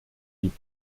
gibt